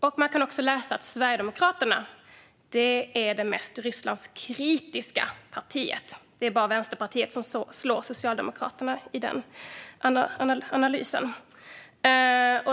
Vi kan också läsa att Sverigedemokraterna är det mest Rysslandskritiska partiet. Det är bara Vänsterpartiet som slår Socialdemokraterna i denna analys.